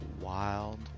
wild